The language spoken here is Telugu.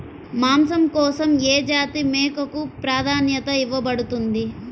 మాంసం కోసం ఏ జాతి మేకకు ప్రాధాన్యత ఇవ్వబడుతుంది?